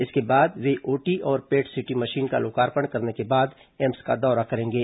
इसके बाद वे ओटी और पेट सीटी मशीन का लोकार्पण करने के बाद एम्स का दौरा करेंगे